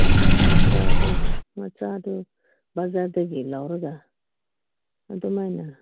ꯎꯝ ꯃꯆꯥꯗꯣ ꯃꯆꯥꯗꯣ ꯕꯖꯥꯔꯗꯒꯤ ꯂꯧꯔꯒ ꯑꯗꯨꯃꯥꯏꯅ